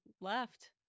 left